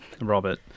Robert